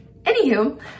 Anywho